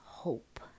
Hope